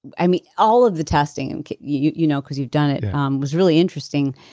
i mean all of the testing, and you you know because you've done it was really interesting.